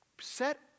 set